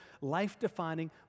life-defining